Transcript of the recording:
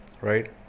right